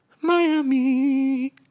Miami